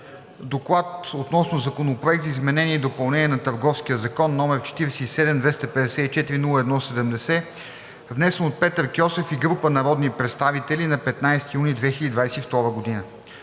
„ДОКЛАД относно Законопроект за изменение и допълнение на Търговския закон, № 47-254-01-70, внесен от Петър Кьосев и група народни представители на 15 юни 2022 г.